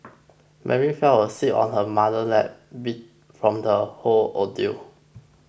Mary fell asleep on her mother's lap beat from the whole ordeal